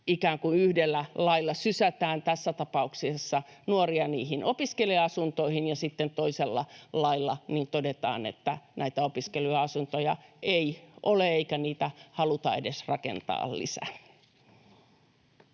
yhdellä lailla sysätään, tässä tapauksessa nuoria niihin opiskelija-asuntoihin, ja sitten toisella lailla todetaan, että näitä opiskelija-asuntoja ei ole, eikä niitä haluta edes rakentaa lisää.